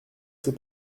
ces